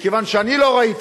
מכיוון שאני לא ראיתי,